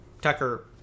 Tucker